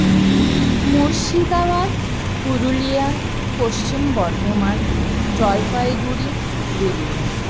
Murshidabad Purulia Paschim Bardhaman Jalpaiguri Birbhum